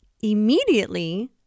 immediately